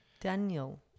Daniel